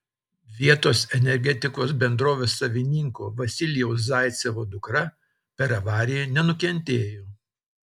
vietos energetikos bendrovės savininko vasilijaus zaicevo dukra per avariją nenukentėjo